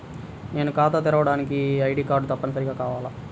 నేను ఖాతా తెరవడానికి ఐ.డీ కార్డు తప్పనిసారిగా కావాలా?